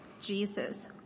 Jesus